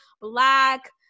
black